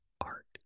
Art